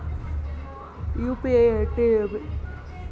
UPI అంటే ఏమి?